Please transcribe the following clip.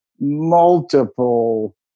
multiple